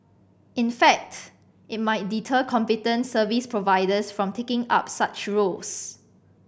in fact it might deter competent service providers from taking up such roles